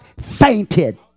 fainted